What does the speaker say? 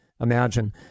imagine